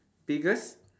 figures